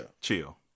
Chill